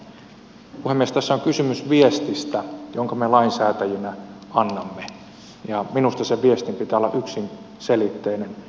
tässä on kysymys viestistä jonka me lainsäätäjinä annamme ja minusta sen viestin pitää olla yksiselitteinen ja selkeä